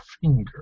finger